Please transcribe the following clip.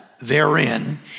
therein